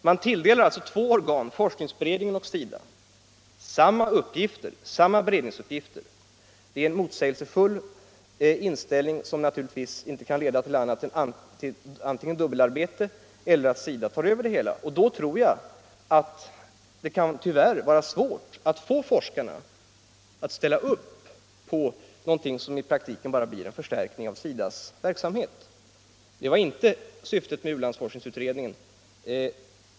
Man tilldelar alltså två organ — forskningsberedningen och SIDA - samma beredningsuppgifter. Det är en motsägelsefull inställning som naturligtvis inte kan leda till annat än dubbelarbete eller till att SIDA tar över det hela. Jag tror att det då tyvärr kan vara svårt att få forskarna att ställa upp på någonting som i praktiken bara blir en förstärkning av SIDA:s verksamhet. Det var inte syftet med u-landsforskningsutredningen.